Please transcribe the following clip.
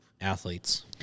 Athletes